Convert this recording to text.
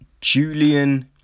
Julian